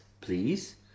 please